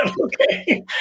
okay